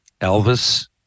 Elvis